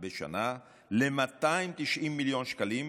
שקלים בשנה ל-290 מיליון שקלים,